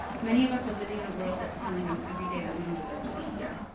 many of us are living in a world that's telling us everyday that we don't deserve to be here.